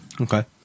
Okay